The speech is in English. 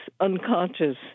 unconscious